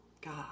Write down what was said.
God